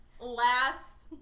last